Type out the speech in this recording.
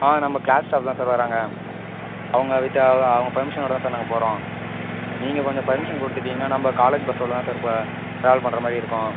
ஆ நம்ம class staff தான் sir வராங்க அவங்க விட்டா அவு அவங்க பெர்மிஷனோட தான் சார் நாங்கள் போகறோம் நீங்கள் கொஞ்சம் பெர்மிஷன் கொடுத்துட்டீங்கன்னா நம்ப காலேஜ் பஸ்ஸில் தான் சார் இப்போ ட்ராவல் பண்றமாதிரி இருக்கும்